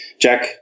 Jack